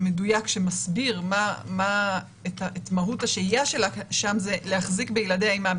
מדויק שמסביר את מהות השהייה שלה שם זה להחזיק בילדיה עמה.